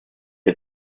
der